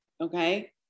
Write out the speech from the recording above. Okay